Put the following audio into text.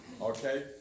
okay